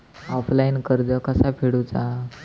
Offline कर्ज कसा फेडूचा?